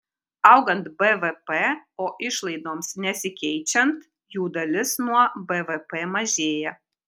augant bvp o išlaidoms nesikeičiant jų dalis nuo bvp mažėja